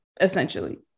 essentially